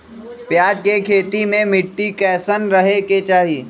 प्याज के खेती मे मिट्टी कैसन रहे के चाही?